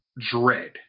dread